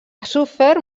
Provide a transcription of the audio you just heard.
sofert